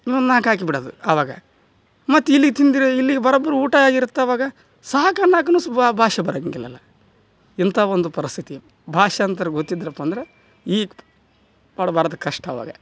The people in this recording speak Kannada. ಇನ್ನೊಂದು ನಾಲ್ಕು ಹಾಕಿ ಬಿಡೋದು ಅವಾಗ ಮತ್ತು ಇಲ್ಲಿ ತಿಂದಿರೋ ಇಲ್ಲಿ ಬರೋಬ್ಬರಿ ಊಟ ಆಗಿರತ್ತೆ ಅವಾಗ ಸಾಕು ಅನ್ನಕ್ಕೂನು ಸ್ ಭಾಷೆ ಬರೋಂಗಿಲ್ಲಲ್ಲ ಇಂಥ ಒಂದು ಪರಿಸ್ಥಿತಿ ಭಾಷಾಂತರ ಗೊತ್ತಿದ್ರಪ್ಪ ಅಂದ್ರೆ ಈ ಪಡಬಾರ್ದ ಕಷ್ಟ ಅವಾಗ